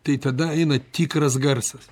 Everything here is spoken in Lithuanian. tai tada eina tikras garsas